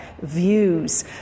views